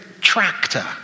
tractor